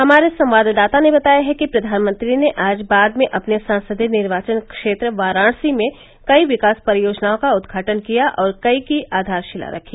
हमारे संवाददाता ने बताया है कि प्रधानमंत्री ने आज बाद में अपने संसदीय निर्वाचन क्षेत्र वाराणसी में कई विकास परियोजनाओं का उद्घाटन किया और कई की आधारशिला रखी